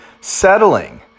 settling